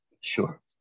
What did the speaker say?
Sure